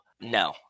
no